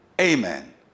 amen